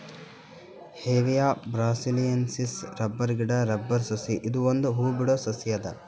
Hevea brasiliensis rubber ಗಿಡಾ rubber ಸಸಿ ಇದು ಒಂದ್ ಹೂ ಬಿಡೋ ಸಸಿ ಅದ